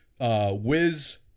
Wiz